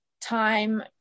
time